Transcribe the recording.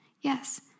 yes